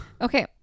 Okay